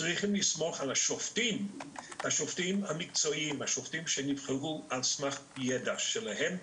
צריך לסמוך על השופטים המקצועיים שנבחרו על סמך הידע שלהם,